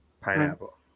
Pineapple